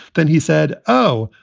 then he said, oh,